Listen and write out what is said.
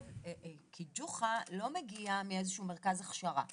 כי ג'וחא לא מגיעה מאיזשהו מרכז הכשרה,